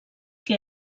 que